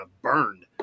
burned